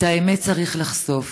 את האמת צריך לחשוף